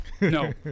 No